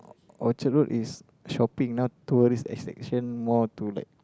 Orchard Road is shopping not tourist attraction more to like